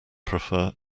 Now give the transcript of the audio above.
prefer